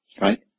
right